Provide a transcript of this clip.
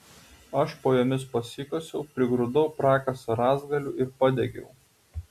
aš po jomis pasikasiau prigrūdau prakasą rąstgalių ir padegiau